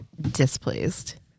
displeased